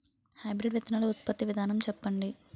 Hybrid విత్తనాలు ఉత్పత్తి విధానం చెప్పండి?